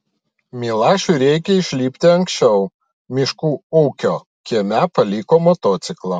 milašiui reikia išlipti anksčiau miškų ūkio kieme paliko motociklą